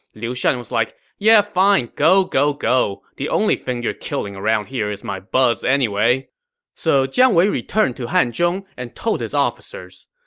liu shan was like, yeah fine, go go go. the only thing you're killing around here is my buzz. so jiang wei returned to hanzhong and told his officers,